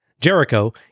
Jericho